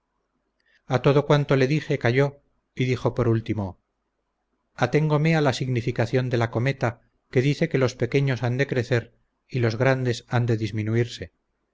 a todo cuanto le dije calló y dijo por último aténgome a la significación de la cometa que dice que los pequeños han de crecer y los grandes han de disminuirse